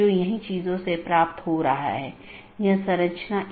तो यह एक तरह से पिंगिंग है और एक नियमित अंतराल पर की जाती है